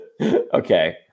Okay